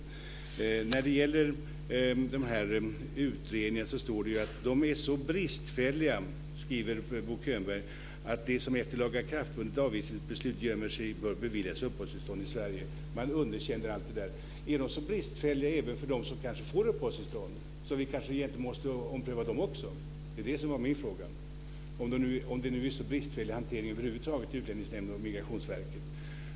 Bo Könberg skriver att utredningarna är så bristfälliga att de som efter lagakraftvunnet avvisningsbeslut gömmer sig bör beviljas uppehållstillstånd i Sverige. Man underkänner allt det där. Är de så bristfälliga även för dem som får uppehållstillstånd att vi egentligen kanske måste ompröva det också? Min fråga var om det är en så bristfällig hantering över huvud taget i Utlänningsnämnden och i Migrationsverket.